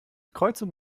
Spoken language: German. kreuzung